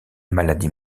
maladie